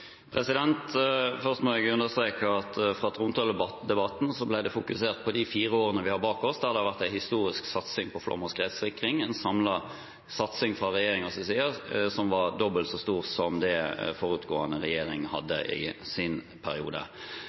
Først må jeg understreke at det i trontaledebatten ble fokusert på de fire årene vi har bak oss, der det har vært en historisk satsing på flom- og skredsikring – en samlet satsing fra regjeringens side som var dobbelt så stor som det forutgående regjering hadde i sin periode.